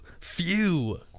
Phew